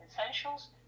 essentials